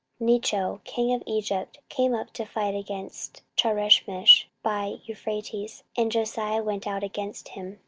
necho king of egypt came up to fight against charchemish by euphrates and josiah went out against him.